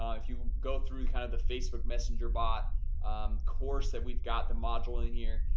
ah if you go through kind of the facebook messenger bot course that we've got the module in here,